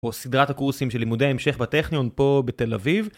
או סדרת הקורסים של לימודי המשך בטכניון פה בתל אביב.